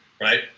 right